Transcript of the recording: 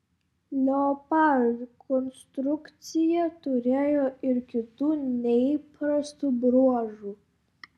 leopard konstrukcija turėjo ir kitų neįprastų bruožų